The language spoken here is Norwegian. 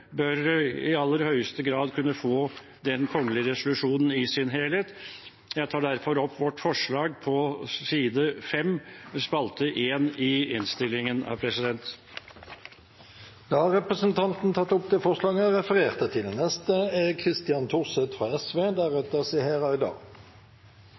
bør i aller høyeste grad kunne få den kongelige resolusjonen i sin helhet. Jeg tar derfor opp vårt forslag, som står på side 5, første spalte, i innstillingen. Da har representanten Carl I. Hagen tatt opp det forslaget han refererte til.